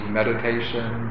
meditation